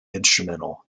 instrumental